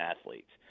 athletes